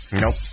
Nope